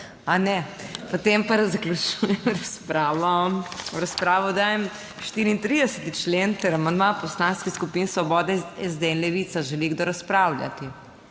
(Ne.) Potem pa zaključujem razpravo. V razpravo dajem 34. člen ter amandma Poslanskih skupin Svoboda, SD in Levica. Želi kdo? Razpravljati?